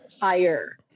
higher